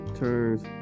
turns